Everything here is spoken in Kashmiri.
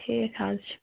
ٹھیٖک حظ چھُ